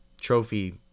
Trophy